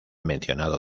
mencionado